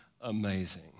amazing